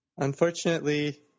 Unfortunately